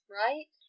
right